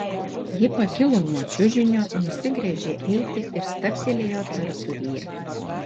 ji pakilo nuo čiužinio nusigręžė eiti ir stabtelėjo tarpduryje